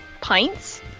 pints